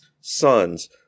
sons